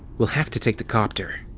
we'll have to take the copter.